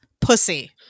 pussy